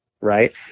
right